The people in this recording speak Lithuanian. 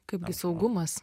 kaipgi saugumas